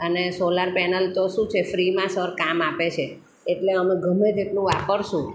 અને solar panel તો શું છે ફ્રીમાં સર કામ આપે છે એટલે અમે ગમે તેટલું વાપરશું